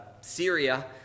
Syria